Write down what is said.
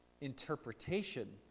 interpretation